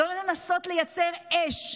לא לנסות לייצר אש.